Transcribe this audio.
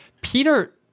Peter